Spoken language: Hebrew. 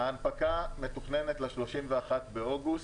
ההנפקה מתוכננת ל-31 באוגוסט.